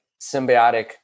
symbiotic